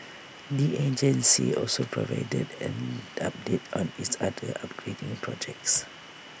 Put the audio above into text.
the agency also provided an update on its other upgrading projects